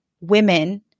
women